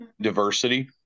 diversity